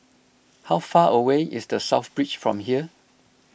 how far away is the South Beach from here